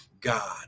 God